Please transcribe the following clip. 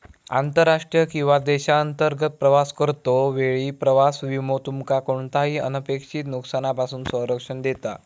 आंतरराष्ट्रीय किंवा देशांतर्गत प्रवास करतो वेळी प्रवास विमो तुमका कोणताही अनपेक्षित नुकसानापासून संरक्षण देता